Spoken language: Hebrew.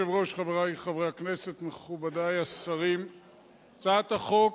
יש לנו עוד חוק אחד שלא שמתי לב אליו: הצעת חוק